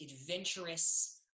adventurous